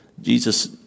Jesus